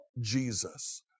Jesus